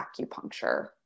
acupuncture